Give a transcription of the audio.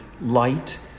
light